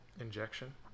injection